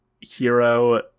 hero